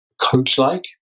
coach-like